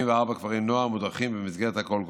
כפרי נוער מודרכים במסגרת הקול הקורא.